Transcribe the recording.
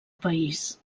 país